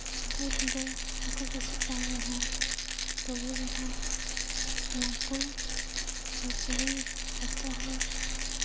ᱚᱠᱚᱭ ᱠᱚᱫᱚ ᱵᱟᱠᱚ ᱠᱩᱥᱤᱜ ᱠᱟᱱ ᱨᱮᱦᱚᱸ ᱛᱚᱵᱩ ᱨᱮᱦᱚᱸ ᱚᱱᱟ ᱠᱚ ᱟᱨ ᱡᱟᱹᱱᱤᱪ ᱡᱚᱛᱚᱦᱚᱲ